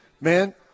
man